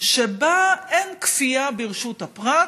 שבה אין כפייה ברשות הפרט,